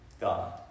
God